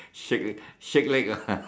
shake leg shake leg lah